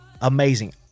Amazing